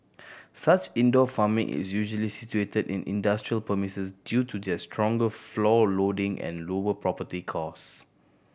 such indoor farming is usually situated in industrial premises due to their stronger floor loading and lower property cost